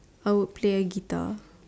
I would play a guitar